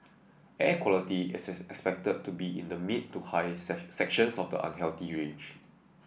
air quality is expected to be in the mid to high sections of the unhealthy range